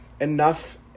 enough